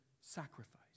sacrifice